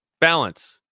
Balance